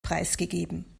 preisgegeben